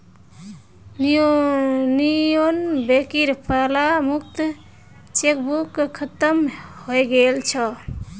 union बैंकेर पहला मुक्त चेकबुक खत्म हइ गेल छ